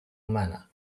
manner